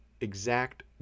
exact